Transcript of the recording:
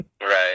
right